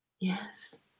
Yes